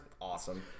awesome